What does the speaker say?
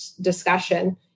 discussion